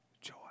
joy